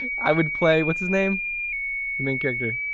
i would play what's his name? the main character.